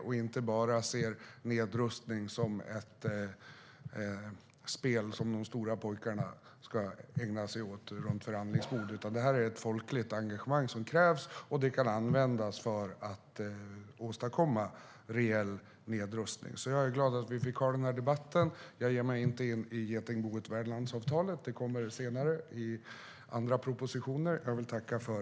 Vi ska inte bara se nedrustning som ett spel som de stora pojkarna ska ägna sig åt runt förhandlingsbordet. Det krävs ett folkligt engagemang och det kan användas för att åstadkomma reell nedrustning. Jag är glad över att vi har haft den här debatten. Jag ger mig inte in i getingboet om värdlandsavtalet. Det kommer senare i olika propositioner.